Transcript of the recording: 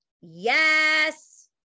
Yes